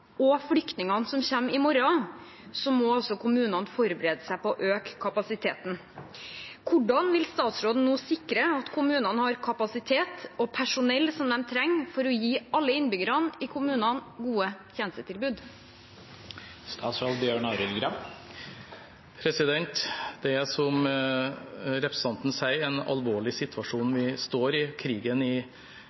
og flyktningene som kommer i morgen, må altså kommunene forberede seg på å øke kapasiteten. Hvordan vil statsråden nå sikre at kommunene har den kapasiteten og det personellet som de trenger for å gi alle innbyggerne i kommunene gode tjenestetilbud? Det er som representanten sier, en alvorlig situasjon vi står i. Krigen i